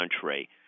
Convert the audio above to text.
country